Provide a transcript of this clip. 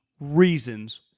reasons